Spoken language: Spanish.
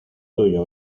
tuyo